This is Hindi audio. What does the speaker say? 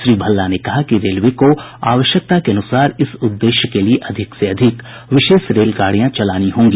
श्री भल्ला ने कहा है कि रेलवे को आवश्यकता के अनुसार इस उद्देश्य के लिए अधिक विशेष रेलगाडियां चलानी होंगी